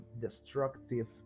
destructive